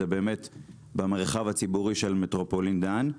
זה במרחב הציבורי של מטרופולין דן.